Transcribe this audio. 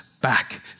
back